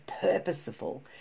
purposeful